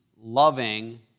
loving